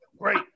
great